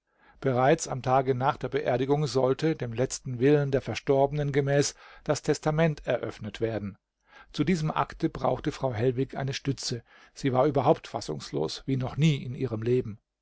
bereits am tage nach der beerdigung sollte dem letzten willen der verstorbenen gemäß das testament eröffnet werden zu diesem akte brauchte frau hellwig eine stütze sie war überhaupt fassungslos wie noch nie in ihrem leben